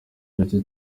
gake